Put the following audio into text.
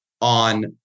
on